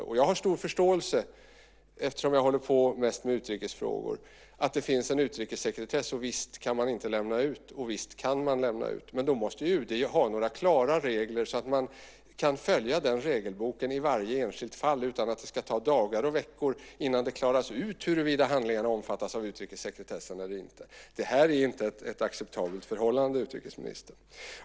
Eftersom jag arbetar mest med utrikesfrågor har jag stor förståelse för att det finns en utrikessekretess - en del handlingar kan inte lämnas ut, och en del handlingar kan lämnas ut. Men då måste UD ha några klara regler så att man kan följa den regelboken i varje enskilt fall utan att det ska ta dagar och veckor innan det klaras ut huruvida handlingarna omfattas av utrikessekretessen eller inte. Detta är inte ett acceptabelt förhållande, utrikesministern.